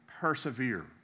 persevere